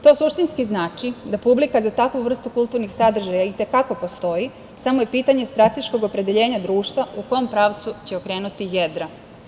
To suštinski znači da publika za takvu vrstu kulturnih sadržaja itekako postoji, samo je pitanje strateškog opredeljenja društva u kom pravcu će okrenuti jedra.